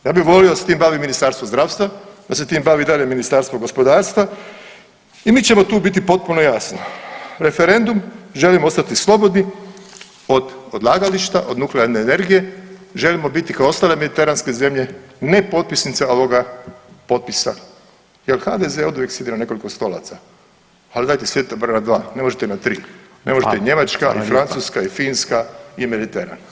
Ja bi volio da se s tim bavi Ministarstvo zdravstva, da se tim bavi i dalje Ministarstvo gospodarstva i mi ćemo tu biti potpuno jasno, referendum, želimo ostati slobodni od odlagališta, od nuklearne energije, želimo biti kao ostale mediteranske zemlje, ne potpisnica ovoga potpisa jer HDZ oduvijek sjedi na nekoliko stolaca, al dajte sjedite na prva dva, ne možete na tri, ne možete i Njemačka i Francuska i Finska i Mediteran.